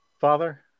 Father